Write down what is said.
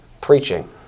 preaching